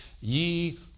ye